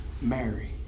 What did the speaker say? Mary